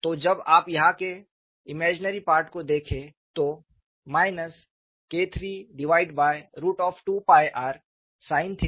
तो जब आप यहाँ के काल्पनिक भाग को देखें तो KIII2rsin2